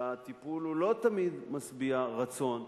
והטיפול הוא לא תמיד משביע רצון,